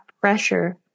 pressure